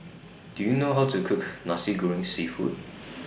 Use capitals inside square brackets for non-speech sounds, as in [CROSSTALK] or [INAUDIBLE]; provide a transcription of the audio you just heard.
Do YOU know How to Cook Nasi Goreng Seafood [NOISE]